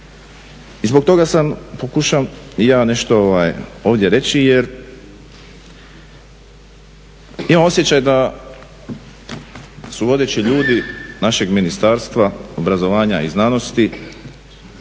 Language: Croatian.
I zbog toga pokušavam ja nešto ovdje reći jer imam osjećaj da su vodeći ljudi našeg Ministarstva obrazovanja i znanosti